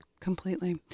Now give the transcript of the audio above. completely